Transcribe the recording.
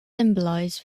symbolise